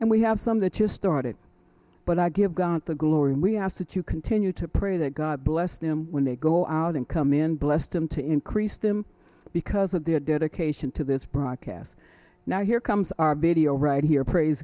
and we have some that just started but i give god the glory and we have to to continue to pray that god bless them when they go out and come in bless them to increase them because of their dedication to this broadcast now here comes our b t o right here praise